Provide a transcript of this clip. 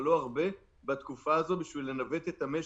אבל לא הרבה בתקופה הזו בשביל לנווט את המשק,